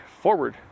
forward